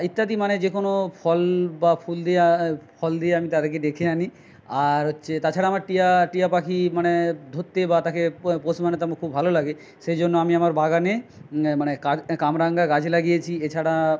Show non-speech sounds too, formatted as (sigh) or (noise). ইত্যাদি মানে যে কোনও ফল বা ফুল দিয়ে ফল দিয়ে আমি তাদেরকে ডেকে আনি আর হচ্ছে তাছাড়া আমার টিয়া টিয়া পাখি মানে ধরতে বা তাকে পোষ মানাতে আমার খুব ভালো লাগে সেই জন্য আমি আমার বাগানে মানে কাগ (unintelligible) কামরাঙা গাছ লাগিয়েছি এছাড়া